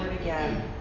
again